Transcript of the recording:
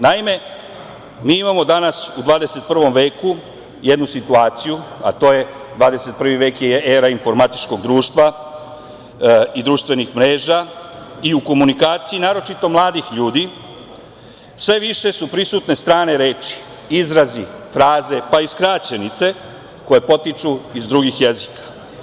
Naime, mi imamo danas u 21 veku jednu situaciju, a to je 21 vek je era informatičkog društva i društvenih mreža i u komunikaciji, naročito mladih ljudi, sve više su prisutne strane reči, izrazi, fraze, pa i skraćenice koje potiču iz drugih jezika.